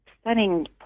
stunning